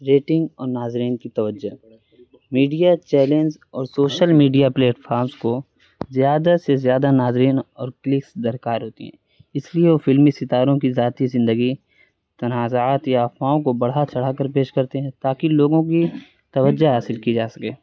rating اور ناظرین کی توجہ میڈیا چیلنج اور سوشل میڈیا پلیٹفارمس کو زیادہ سے زیادہ ناظرین اور کلکس درکار ہوتی ہیں اس لیے وہ فلمی ستاروں کی ذاتی زندگی تنازعات یا افواہوں کو بڑھا چڑھا کر پیش کرتے ہیں تاکہ لوگوں کی توجہ حاصل کی جا سکے